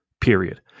Period